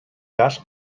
cas